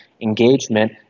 engagement